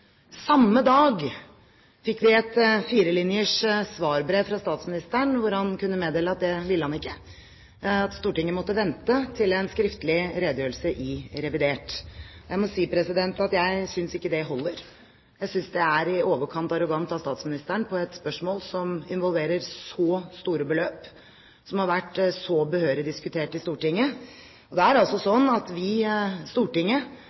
Samme dag fikk vi et firelinjers svarbrev fra statsministeren, hvor han meddelte at det ville han ikke; Stortinget måtte vente til en skriftlig redegjørelse i revidert. Jeg må si at jeg synes ikke det holder. Jeg synes det er i overkant arrogant av statsministeren å svare slik på et spørsmål som involverer så store beløp, og som har vært så behørig diskutert i Stortinget. Stortinget har altså måttet høre denne nyheten i andre medier, og